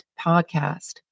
podcast